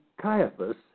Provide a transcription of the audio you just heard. Caiaphas